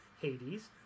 Hades